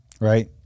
right